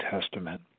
Testament